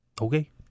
okay